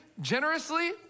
generously